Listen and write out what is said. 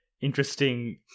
interesting